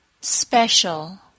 Special